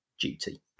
duty